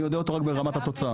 אני יודע אותו רק ברמת התוצאה.